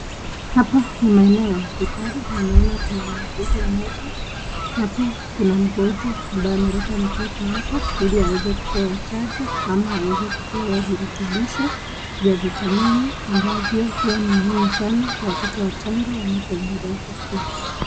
Hapa ni maeneo ya hospitali na naona kuna muuguzi mmoja, na pia kuna mgonjwa ambaye ameleta mtoto hapa, ili aeze kupewa chanjo, ama aeze kupewa virutubisho, za vitamini ambavyo huwa muhimu sana kwa watoto wachanga wanapoendelea kukua.